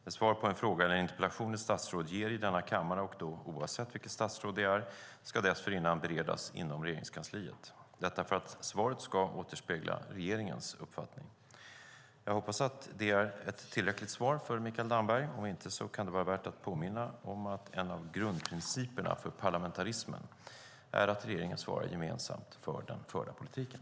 Det svar på en fråga eller en interpellation ett statsråd ger i denna kammare, och då oavsett vilket statsråd det är, ska dessförinnan beredas inom Regeringskansliet - detta för att svaret ska återspegla regeringens uppfattning. Jag hoppas att det är ett tillräckligt svar för Mikael Damberg. Om inte kan det vara värt att påminna om att en av grundprinciperna för parlamentarismen är att regeringen svarar gemensamt för den förda politiken.